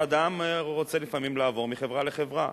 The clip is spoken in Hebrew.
ואדם רוצה לפעמים לעבור מחברה לחברה.